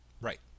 Right